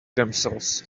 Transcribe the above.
themselves